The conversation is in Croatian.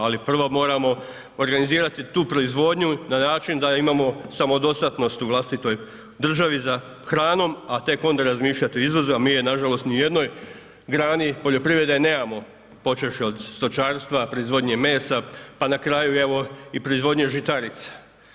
Ali prvo moramo organizirati tu proizvodnju na način da imamo samodostatnost u vlastitoj državi za hranom a tek onda razmišljati o izvozu a mi je nažalost u ni jednoj grani poljoprivrede nemamo počevši od stočarstva, proizvodnje mesa pa na kraju evo i proizvodnje žitarica.